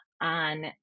on